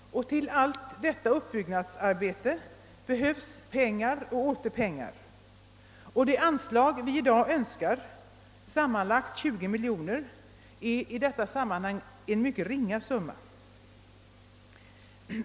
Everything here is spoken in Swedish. Till allt detta uppbyggnadsarbete behövs pengar och åter pengar. Det anslag vi i dag önskar, sammanlagt 20 miljoner kronor, är en mycket liten summa.